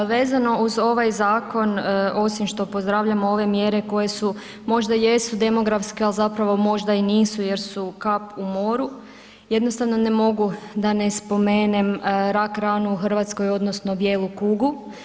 Vezano uz ovaj zakon osim što pozdravljamo ove mjere koje su, možda jesu demografske, al zapravo možda i nisu jer su kap u moru, jednostavno ne mogu da ne spomenem rak ranu u Hrvatskoj odnosno bijelu kugu.